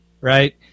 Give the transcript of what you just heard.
Right